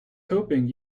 hoping